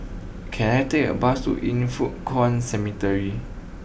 can I take a bus to Yin Foh Kuan Cemetery